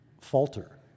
falter